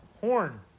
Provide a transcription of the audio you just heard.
horn